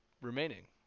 remaining